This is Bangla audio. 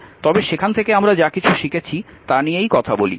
তবে সেখান থেকে আমরা যা কিছু শিখেছি তা নিয়েই কথা বলি